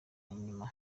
nyuma